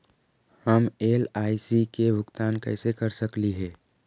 हम एल.आई.सी के भुगतान कैसे कर सकली हे?